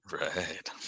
Right